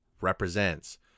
represents